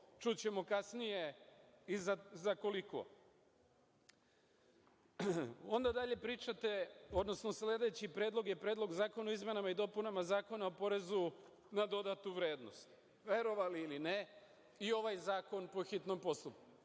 čućemo kasnije i za koliko. Onda dalje pričate, odnosno sledeći Predlog je Predlog zakona o izmenama i dopunama Zakona o porezu na dodatu vrednost. Verovali ili ne i ovaj zakon je po hitnom postupku.